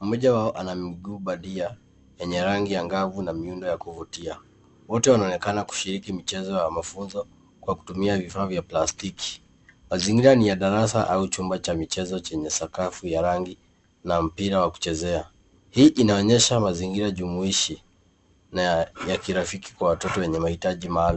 ,mmoja wao ana mguu bandia yenye rangi ya ngavu na yenye muundo wa kuvutia ,wote wanaonekana kushirika michezo ya mafunzo kwa kutumia vifaa vya plastiki. Mazingira ni ya darasa au chumba cha michezo chenye sakafu ya rangi na mpira wa kuchezea, hii inaonyesha mazingira jumuishi na ya kirafiki kwa watoto wenye mahitaji maalum.